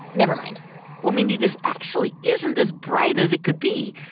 never mind well, mindy, this actually isn't as bright as it could be.